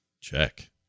Check